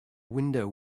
window